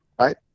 right